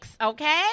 Okay